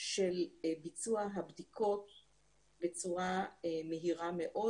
של ביצוע הבדיקות בצורה מהירה מאוד,